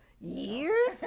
Years